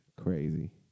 crazy